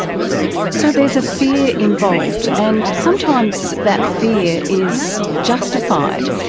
so there's a fear involved and sometimes that fear is justified,